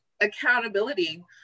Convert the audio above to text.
accountability